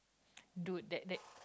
dude that that